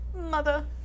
Mother